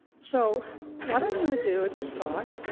so what i'm going to do in this talk